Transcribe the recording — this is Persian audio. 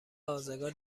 آزگار